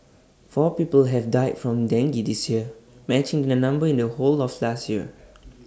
four people have died from dengue this year matching the number in the whole of last year